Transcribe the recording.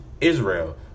Israel